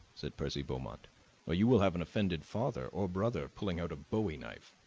said percy beaumont, or you will have an offended father or brother pulling out a bowie knife.